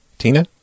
Tina